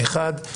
ראשית,